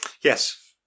Yes